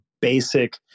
basic